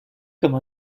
comme